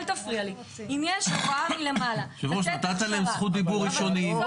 אם יש הוראה מלמעלה לתת הכשרה --- אדוני היושב-ראש,